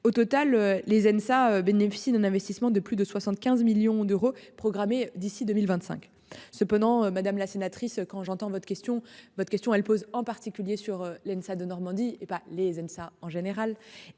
Au total les Elsa bénéficie d'un investissement de plus de 75 millions d'euros programmée d'ici 2025. Cependant, madame la sénatrice, quand j'entends votre question votre question elle pose en particulier sur l'INSA de Normandie et ben les ça en général